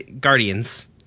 guardians